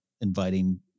inviting